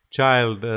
Child